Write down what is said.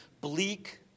bleak